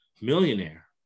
millionaire